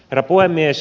herra puhemies